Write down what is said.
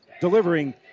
delivering